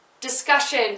discussion